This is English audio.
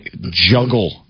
juggle